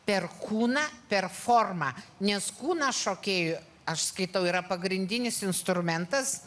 per kūną per formą nes kūnas šokėjų aš skaitau yra pagrindinis instrumentas